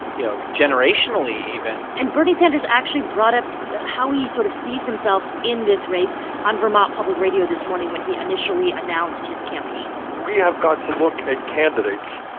you know, generationally even and bernie sanders actually brought up how he sort of sees himself in this race on vermont public radio this morning when he initially announced his campaign we have got to look at candidates,